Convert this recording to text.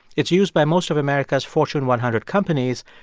it's used by most of america's fortune one hundred companies.